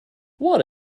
what